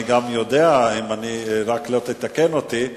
אני גם יודע, אם לא תתקן אותי,